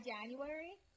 January